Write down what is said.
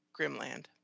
Grimland